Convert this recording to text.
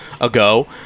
ago